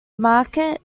market